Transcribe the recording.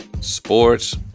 sports